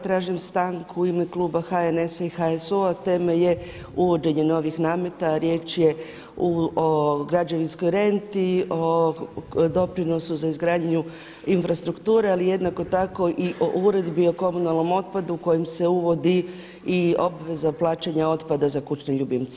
Tražim stanku u ime kluba HNS-a i HSU-a, tema je uvođenje novih nameta, riječ je o građevinskoj renti, o doprinosu za izgradnju infrastrukture ali jednako tako i o Uredbi o komunalnom otpadu kojom se uvodi i obveza plaćanja otpada za kućne ljubimce.